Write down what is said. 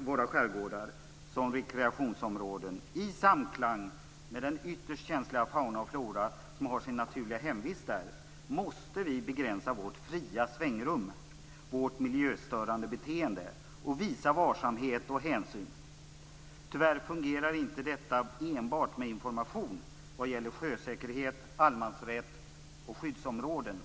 våra skärgårdar som rekreationsområden i samklang med den ytterst känsliga fauna och flora som har sin naturliga hemvist där måste vi begränsa vårt fria svängrum och vårt miljöstörande beteende och visa varsamhet och hänsyn. Tyvärr fungerar inte detta enbart med information vad gäller sjösäkerhet, allemansrätt och skyddsområden.